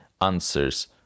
answers